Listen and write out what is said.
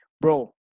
Bro